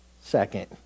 second